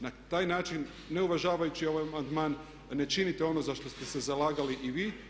Na taj način ne uvažavajući ovaj amandman ne činite ono za što ste se zalagali i vi.